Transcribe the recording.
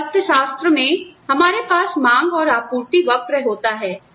तो अर्थशास्त्र में हमारे पास मांग और आपूर्ति वक्र होता है